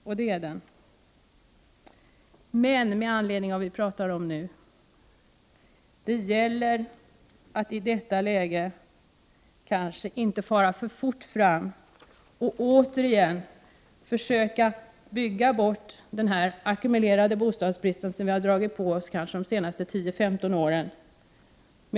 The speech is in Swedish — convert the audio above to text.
Mot bakgrund av det som vi nu talar om bör vi i detta läge kanske inte gå fram för fort genom att återigen i full fart försöka bygga bort den ackumulerade bostadsbrist som vi har dragit på oss under de senaste 10—15 åren.